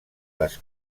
les